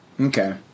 okay